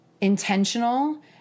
intentional